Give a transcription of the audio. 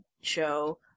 show